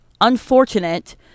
unfortunate